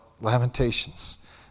lamentations